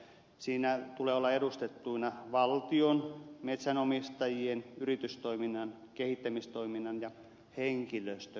siinä tulee olla edustettuina valtion metsänomistajien yritystoiminnan kehittämistoiminnan ja henkilöstön edustajat